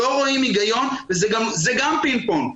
לא רואים היגיון וזה גם פינג פונג,